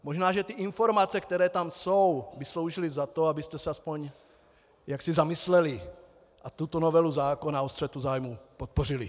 Možná že ty informace, které tam jsou, by stály za to, abyste se aspoň jaksi zamysleli a tuto novelu zákona o střetu zájmů podpořili.